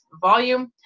volume